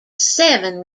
seven